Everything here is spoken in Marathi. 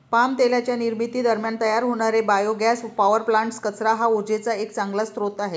पाम तेलाच्या निर्मिती दरम्यान तयार होणारे बायोगॅस पॉवर प्लांट्स, कचरा हा उर्जेचा एक चांगला स्रोत आहे